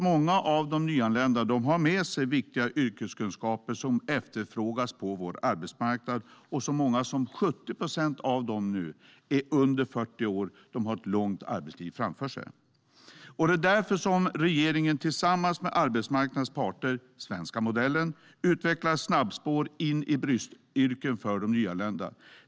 Många av de nyanlända har med sig viktiga yrkeskunskaper som efterfrågas på vår arbetsmarknad. Så många som 70 procent av de nyanlända är under 40 år och har ett långt arbetsliv framför sig. Det är därför som regeringen tillsammans med arbetsmarknadens parter - svenska modellen - utvecklar snabbspår in i bristyrken för nyanlända.